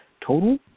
total